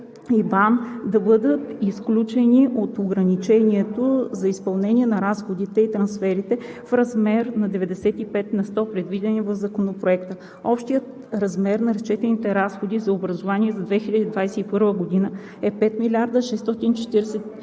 да бъдат изключени от ограничението за изпълнение на разходите и трансферите в размер на 95 на сто, предвидени в Законопроекта. Общият размер на разчетените разходи за образование за 2021 г. е 5 642,3 млн.